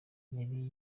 yari